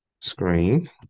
screen